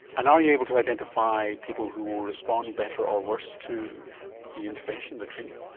and are you able to identify people who will respond better or worse to the intervention, the treatment?